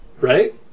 right